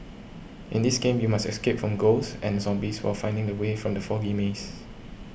in this game you must escape from ghosts and zombies while finding the way from the foggy maze